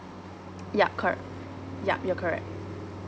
yup cor~ yup you're correct